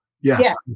Yes